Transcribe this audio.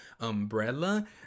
umbrella